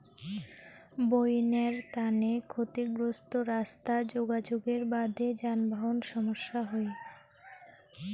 বইন্যার তানে ক্ষতিগ্রস্ত রাস্তা যোগাযোগের বাদে যানবাহন সমস্যা হই